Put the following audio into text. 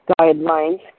guidelines